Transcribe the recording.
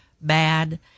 bad